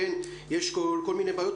יש כל מיני בעיות,